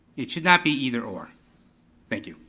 it should not be either-or. thank you.